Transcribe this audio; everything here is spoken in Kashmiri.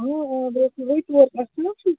آ آ بلکُل